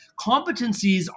Competencies